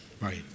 right